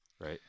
right